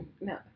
No